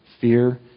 Fear